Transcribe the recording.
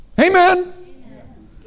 Amen